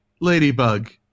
Ladybug